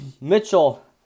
Mitchell